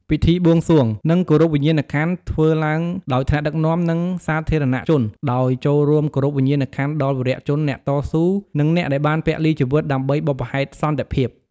ពិធីបួងសួង និងគោរពវិញ្ញាណក្ខន្ធ ធ្វើឡើងដោយថ្នាក់ដឹកនាំ និងសាធារណជន ដោយចូលរួមគោរពវិញ្ញាណក្ខន្ធដល់វីរជនអ្នកតស៊ូ និងអ្នកដែលបានពលីជីវិតដើម្បីបុព្វហេតុសន្តិភាព។